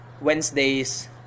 Wednesday's